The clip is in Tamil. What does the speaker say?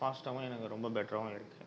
ஃபாஸ்ட்டாவும் எனக்கு ரொம்ப பெட்டராவும் இருக்குது